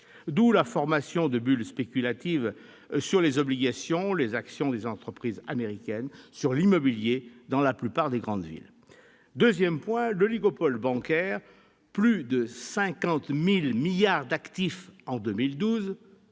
D'où la formation de bulles spéculatives sur les obligations, les actions des entreprises américaines, sur l'immobilier dans la plupart des grandes villes. Deuxièmement, l'oligopole bancaire- plus de 50 000 milliards de dollars d'actifs en 2012,